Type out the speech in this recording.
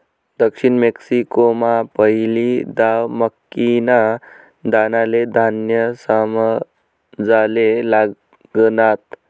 दक्षिण मेक्सिकोमा पहिली दाव मक्कीना दानाले धान्य समजाले लागनात